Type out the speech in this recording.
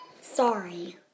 sorry